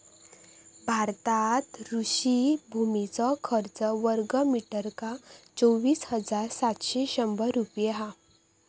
भारतात कृषि भुमीचो खर्च वर्गमीटरका चोवीस हजार सातशे शंभर रुपये हा